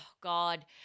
God